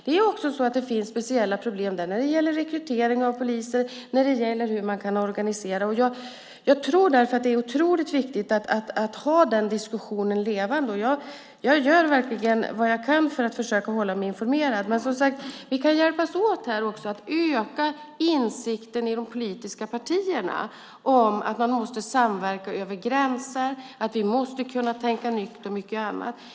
Det finns också speciella problem där när det gäller rekrytering av poliser och organisation. Det är därför viktigt att ha denna diskussion levande, och jag gör verkligen vad jag kan för att försöka hålla mig informerad. Men vi kan, som sagt, hjälpa till att öka insikten i de politiska partierna om att man måste samverka över gränser, att vi måste kunna tänka nytt och mycket annat.